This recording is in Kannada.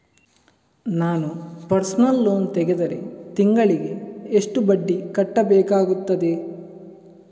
ನಾನು ಪರ್ಸನಲ್ ಲೋನ್ ತೆಗೆದರೆ ತಿಂಗಳಿಗೆ ಎಷ್ಟು ಬಡ್ಡಿ ಕಟ್ಟಬೇಕಾಗುತ್ತದೆ?